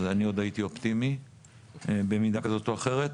אז אני עוד הייתי אופטימי במידה כזאת או אחרת.